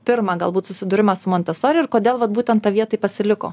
pirmą galbūt susidūrimą su montesori ir kodėl vat būtent tavyje tai pasiliko